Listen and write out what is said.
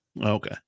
Okay